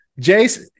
Jace